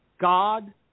God